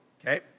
Okay